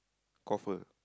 coffer